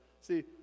see